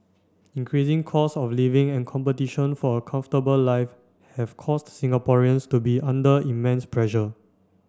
increasing costs of living and competition for a comfortable life have caused Singaporeans to be under immense pressure